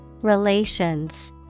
Relations